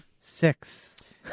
Six